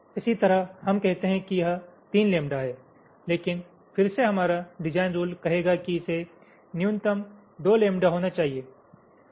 इसी तरह हम कहते हैं कि यह 3 लैंबडा है लेकिन फिर से हमारा डिजाइन रुल कहेगा कि इसे न्यूनतम 2 लैंबडा होना चाहिए